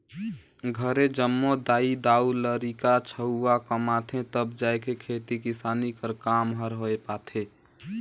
घरे जम्मो दाई दाऊ,, लरिका छउवा कमाथें तब जाएके खेती किसानी कर काम हर होए पाथे